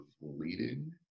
leading